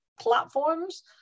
platforms